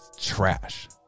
Trash